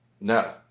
No